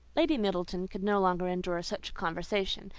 lady middleton could no longer endure such a conversation,